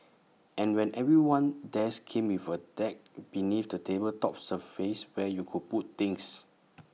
and when everyone's desk came with A deck beneath the table's top surface where you could put things